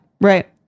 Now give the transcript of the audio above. Right